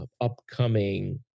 upcoming